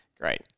Great